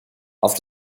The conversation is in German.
auf